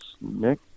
Nick